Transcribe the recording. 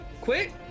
Quit